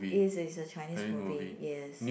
it is a Chinese movie yes